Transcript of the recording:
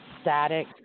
static